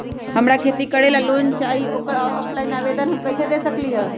हमरा खेती करेला लोन चाहि ओकर ऑफलाइन आवेदन हम कईसे दे सकलि ह?